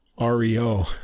REO